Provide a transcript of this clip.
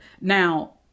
Now